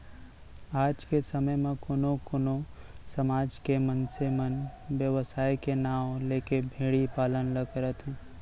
आज के समे म कोनो कोनो समाज के मनसे मन बेवसाय के नांव लेके भेड़ी पालन ल करत हें